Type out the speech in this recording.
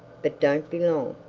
but don't be long,